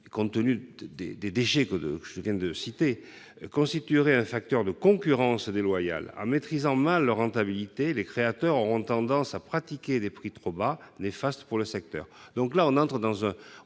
compte tenu des taux que je viens de citer, constituerait un facteur de concurrence déloyale ; en maîtrisant mal leur rentabilité, les créateurs ont tendance à pratiquer des prix trop bas, néfastes pour leur secteur. On crée donc là,